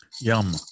yum